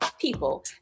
people